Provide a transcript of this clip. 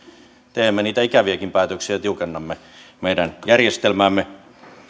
teemme niitä ikäviäkin päätöksiä ja tiukennamme meidän järjestelmäämme